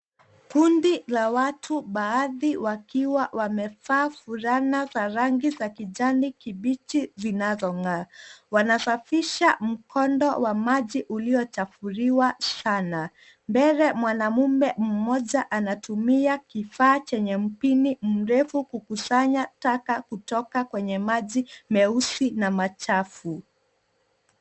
Kundi la watu, baadhi wakiwa wamevaa fulani za rangi za kijani kibichi zinazong'aa. Wanasafisha mkondo wa maji uliochafuliwa sana. Mbele, mwanaume mmoja anatumia kifaa chenye mpini mrefu kukasanya taka kutoka kwenye maji meusi na machafu.